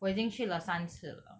我已经去了三次了